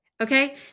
Okay